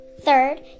Third